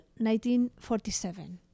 1947